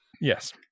Yes